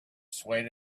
swayed